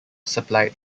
supplied